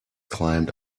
climbed